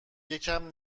یکم